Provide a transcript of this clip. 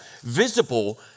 visible